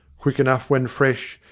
quick enough when fresh,